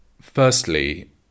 Firstly